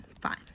fine